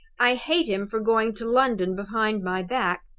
i hate him for going to london behind my back,